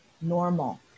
normal